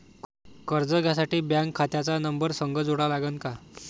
कर्ज घ्यासाठी बँक खात्याचा नंबर संग जोडा लागन का?